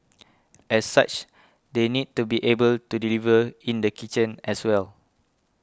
as such they need to be able to deliver in the kitchen as well